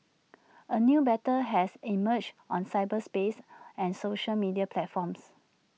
A new battle has emerged on cyberspace and social media platforms